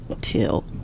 Till